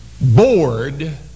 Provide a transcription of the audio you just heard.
bored